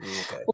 okay